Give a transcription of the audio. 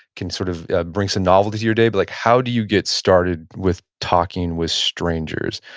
can sort of bring some novel to your day, but how do you get started with talking with strangers?